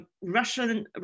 Russian